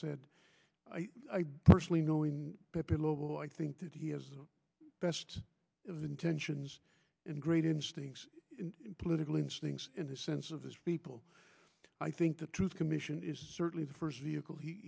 said i personally know in pillow i think that he has the best of intentions and great instincts political instincts in the sense of this people i think the truth commission is certainly the first vehicle he